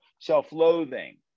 self-loathing